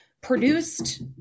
produced